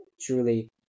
truly